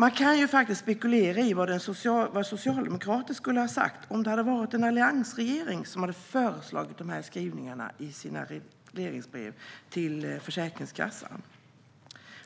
Man kan spekulera i vad socialdemokrater hade sagt om det hade varit en alliansregering som hade föreslagit de skrivningarna i sina regleringsbrev till Försäkringskassan.